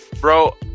bro